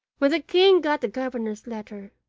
when the king got the governor's letter,